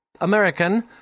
American